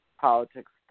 politics